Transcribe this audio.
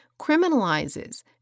criminalizes